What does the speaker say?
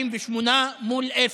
48 מול אפס,